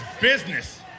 business